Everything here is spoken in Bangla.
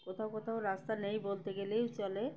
কোথাও কোথাও রাস্তা নেই বলতে গেলেই চলে